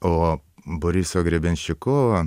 o boriso grebenščikovą